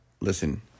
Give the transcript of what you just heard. listen